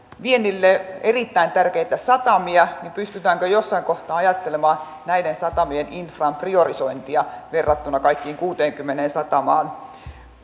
viennille erittäin tärkeitä satamia pystytäänkö jossain kohtaa ajattelemaan näiden satamien infran priorisointia verrattuna kaikkiin kuuteenkymmeneen satamaan